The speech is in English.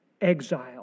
exile